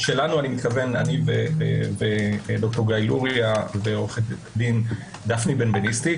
אני וד"ר גיא לוריא ועו"ד דפני בנבניסטי,